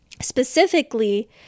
specifically